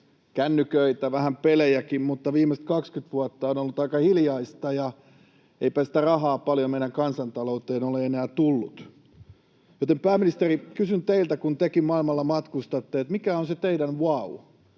kännyköitä, vähän pelejäkin — mutta viimeiset 20 vuotta on ollut aika hiljaista, ja eipä sitä rahaa paljon meidän kansantalouteen ole enää tullut. Joten pääministeri, kysyn teiltä, kun tekin maailmalla matkustatte: Mikä on se teidän wau?